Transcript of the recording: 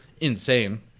insane